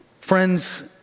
friends